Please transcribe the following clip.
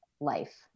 life